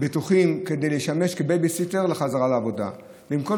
בטוחים כדי לשמש בייביסיטר לחזרה לעבודה.